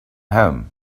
home